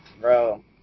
Bro